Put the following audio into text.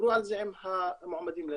ידברו על זה עם המועמדים לנישואים.